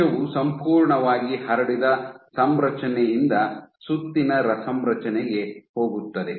ಕೋಶವು ಸಂಪೂರ್ಣವಾಗಿ ಹರಡಿದ ಸಂರಚನೆಯಿಂದ ಸುತ್ತಿನ ಸಂರಚನೆಗೆ ಹೋಗುತ್ತದೆ